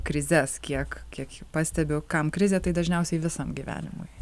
krizes kiek kiek pastebiu kam krizė tai dažniausiai visam gyvenimui